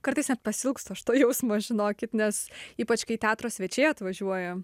kartais net pasiilgstu aš to jausmo žinokit nes ypač kai teatro svečiai atvažiuoja